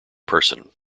person